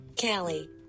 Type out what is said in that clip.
Callie